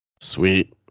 Sweet